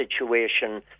situation